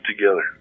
together